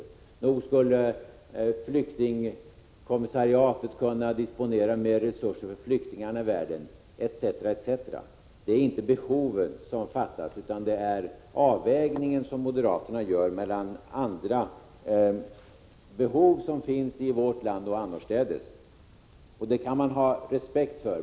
Nog skulle flyktingkommissariatet kunna disponera större resurser för flyktingarna i världen etc. etc. Det är således inte behov som fattas. Det avgörande är den avvägning som moderaterna gör mellan olika behov som finns i vårt land och annorstädes — och som man i och för sig kan ha respekt för.